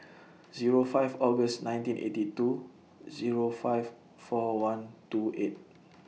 Zero five August nineteen eighty two Zero five four one two eight